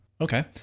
Okay